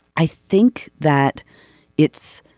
i think that it's